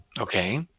Okay